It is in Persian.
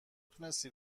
تونستی